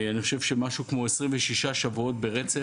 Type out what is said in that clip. אני חושב שמשהו כמו 26 שבועות ברצף,